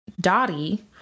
Dottie